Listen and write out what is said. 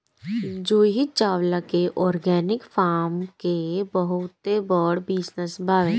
जूही चावला के organic farm के बहुते बड़ बिजनस बावे